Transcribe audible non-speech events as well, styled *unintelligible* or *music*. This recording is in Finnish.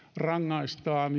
rangaistaan *unintelligible*